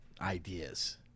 ideas